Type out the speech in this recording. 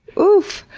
oof!